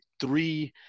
three